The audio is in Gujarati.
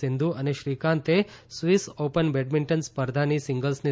સિંધુ અને શ્રીકાંતે સ્વિસ ઓપન બેડમિન્ટન સ્પર્ધાની સિગલ્સની